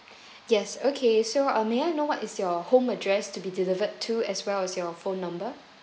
yes okay so uh may I know what is your home address to be delivered to as well as your phone number